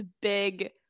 big